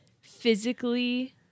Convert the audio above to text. physically